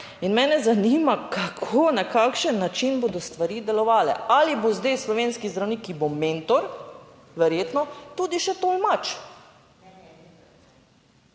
In mene zanima, kako, na kakšen način bodo stvari delovale? Ali bo zdaj slovenski zdravnik, ki bo mentor, verjetno tudi še tolmač.